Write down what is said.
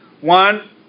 one